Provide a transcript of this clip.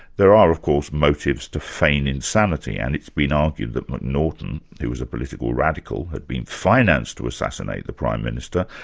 there are of course motives to feign insanity, and it's been argued that m'naghten, who was a political radical, had been financed to assassinate the prime minister,